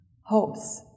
hopes